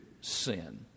sin